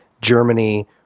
Germany